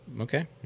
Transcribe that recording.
Okay